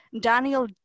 Daniel